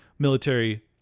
military